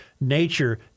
nature